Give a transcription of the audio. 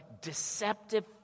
deceptive